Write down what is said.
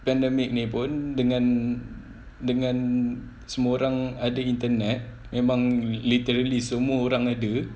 pandemic ni pun dengan dengan semua orang ada internet memang literally semua orang ada